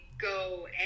go